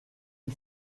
une